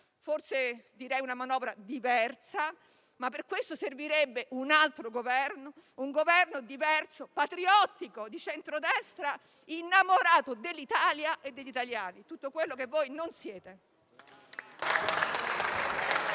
forse una manovra diversa. Per questo, però, servirebbe un altro Governo, un Governo diverso, patriottico, di centrodestra, innamorato dell'Italia e degli italiani: tutto quello che voi non siete.